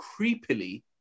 creepily